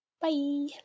bye